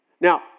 Now